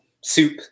soup